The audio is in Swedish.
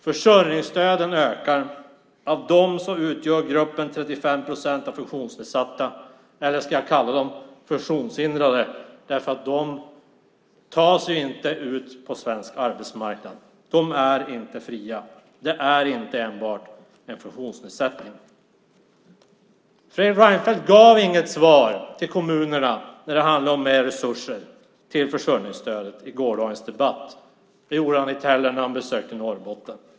Försörjningsstöden ökar. Av dem utgör gruppen personer med funktionsnedsättning, funktionshindrade, 35 procent. De tar sig inte ut på svensk arbetsmarknad. De är inte fria. Det är inte enbart fråga om en funktionsnedsättning. Fredrik Reinfeldt gav inget svar till kommunerna i fråga om mer resurser till försörjningsstödet i gårdagens debatt. Det gjorde han inte heller när han besökte Norrbotten.